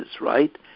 right